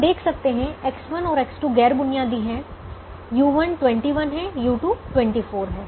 हम देख सकते हैं कि X1 और X2 गैर बुनियादी है u1 21 है u2 24 है